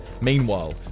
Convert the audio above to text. Meanwhile